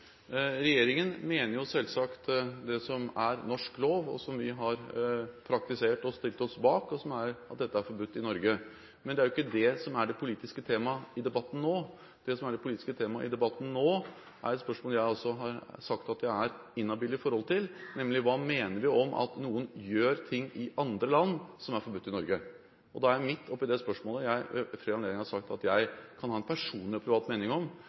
Regjeringen mener selvsagt at etter norsk lov, som vi har praktisert og stilt oss bak, er dette forbudt i Norge. Men det er ikke det som er det politiske temaet i debatten nå. Det som er det politiske temaet i debatten nå, er et spørsmål jeg har sagt at jeg er inhabil i forhold til, nemlig: Hva mener vi om at noen gjør ting i andre land som er forbudt i Norge? Da er jeg midt oppe i det spørsmålet som jeg ved flere anledninger har sagt at jeg kan ha en personlig og privat mening om,